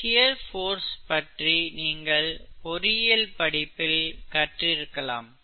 shear force பற்றி நீங்கள் பொறியியல் படிப்பில் கற்றிருக்கலாம்